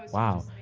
wow,